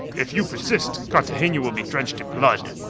if you persist, cartagena will be drenched in blood,